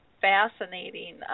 fascinating